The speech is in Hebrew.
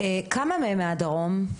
כמה מהן מהדרום?